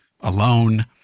alone